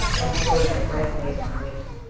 and ambrosia bread made from wheat.